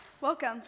Welcome